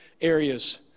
areas